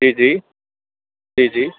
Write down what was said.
जी जी जी जी